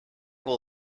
will